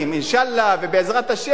אינשאללה ובעזרת השם,